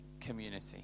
community